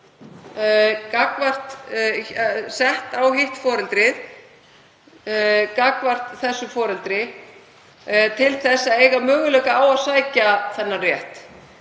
sett á hitt foreldrið gagnvart þessu foreldri til að eiga möguleika á að sækja þennan rétt.